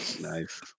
Nice